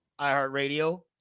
iHeartRadio